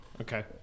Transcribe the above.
Okay